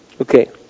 Okay